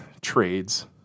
trades